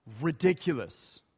ridiculous